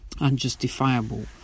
unjustifiable